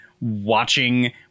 watching